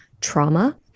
trauma